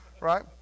Right